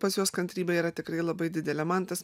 pas juos kantrybė yra tikrai labai didelė mantas